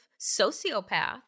sociopath